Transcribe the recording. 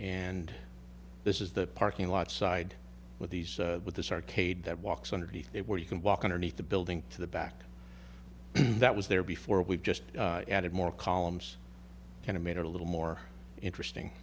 and this is the parking lot side with these with this arcade that walks underneath it where you can walk underneath the building to the back that was there before we've just added more columns kind of made it a little more interesting